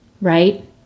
right